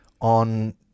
on